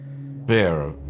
Bear